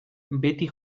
beti